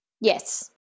yes